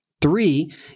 Three